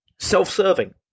self-serving